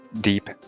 deep